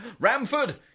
Ramford